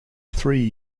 three